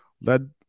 led